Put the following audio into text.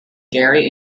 gary